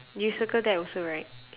you circle that also right